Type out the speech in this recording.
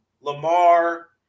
Lamar